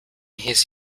his